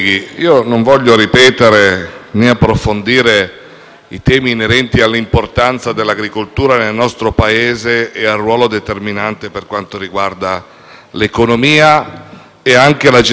i temi inerenti all'importanza dell'agricoltura nel nostro Paese e al ruolo determinante che essa ha per l'economia, oltre che per la gestione del territorio, perché l'agricoltura viene